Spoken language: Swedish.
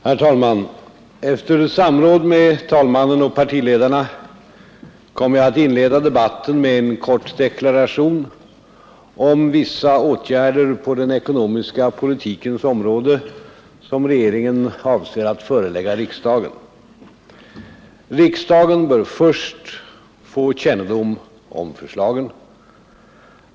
Herr talman! Efter samråd med talmannen och partiledarna kommer jag att inleda debatten med en kort deklaration om vissa åtgärder på den ekonomiska politikens område som regeringen avser att förelägga riksdagen. Riksdagen bör först få kännedom om förslagen.